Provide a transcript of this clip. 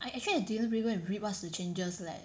I actually I didn't really go and read what's the changes leh